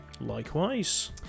Likewise